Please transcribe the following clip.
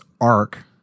arc